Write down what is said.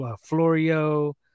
Florio